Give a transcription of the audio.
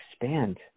expand